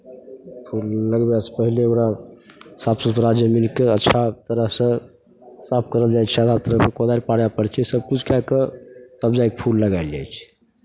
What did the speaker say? फूल लगबैसँ पहिले ओकरा साफ सुथड़ा जमीनके अच्छा तरहसँ साफ करल जाइ छै चारो तरफ कोदारि पारय पड़ै छै सभकिछु कए कऽ तब जाय कऽ फूल लगायल जाइ छै